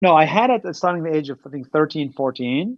No, I had it starting at the age of 13, 14.